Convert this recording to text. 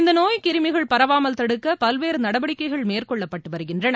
இந்த நோய் கிருமிகள் பரவாமல் தடுக்க பல்வேறு நடவடிக்கைகள் மேற்கொள்ளப்பட்டு வருகின்றன